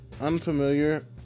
unfamiliar